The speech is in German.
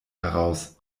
heraus